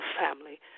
family